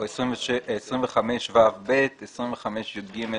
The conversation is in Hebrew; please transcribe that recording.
או 25ו(ב), 26יג(ג)